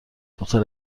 دختر